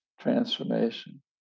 transformation